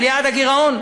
על יעד הגירעון,